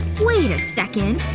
wait a second,